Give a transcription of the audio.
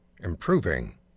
improving